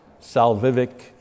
salvific